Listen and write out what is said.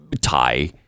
tie